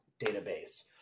database